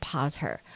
Potter